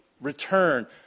return